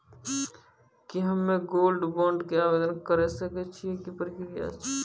की हम्मय gold bond के आवदेन करे सकय छियै, की प्रक्रिया छै?